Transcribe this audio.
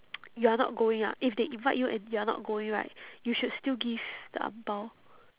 you are not going ah if they invite you and you are not going right you should still give the ang bao